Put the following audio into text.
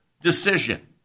decision